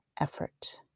effort